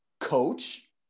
coach